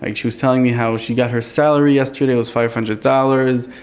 like she was telling me how she got her salary yesterday, it was five hundred dollars,